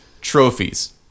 trophies